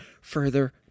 further